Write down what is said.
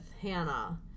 Hannah